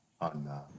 On